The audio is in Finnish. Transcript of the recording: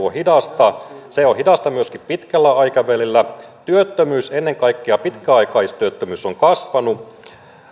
on hidasta se on hidasta myöskin pitkällä aikavälillä työttömyys ennen kaikkea pitkäaikaistyöttömyys on kasvanut